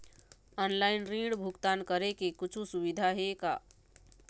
Online ऋण भुगतान करे के कुछू सुविधा हे का?